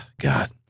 God